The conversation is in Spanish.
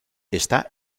está